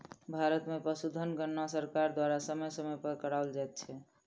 भारत मे पशुधन गणना सरकार द्वारा समय समय पर कराओल जाइत छै